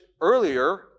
earlier